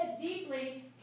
deeply